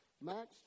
Max